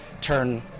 turn